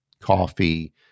coffee